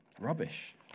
Rubbish